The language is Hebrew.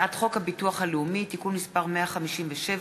הצעת החוק הביטוח הלאומי (תיקון מס' 157),